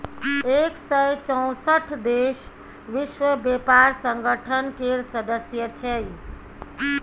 एक सय चौंसठ देश विश्व बेपार संगठन केर सदस्य छै